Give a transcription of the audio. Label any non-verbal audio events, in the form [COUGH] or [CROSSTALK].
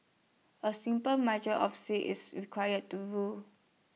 A simple [UNINTELLIGIBLE] of sea is require to rule